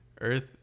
Earth